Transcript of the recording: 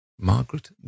Margaret